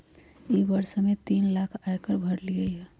ई वर्ष हम्मे तीन लाख आय कर भरली हई